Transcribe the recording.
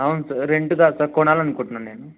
అవును sir rent కాదు sir కొనాలనుకుంటున్నాను నేను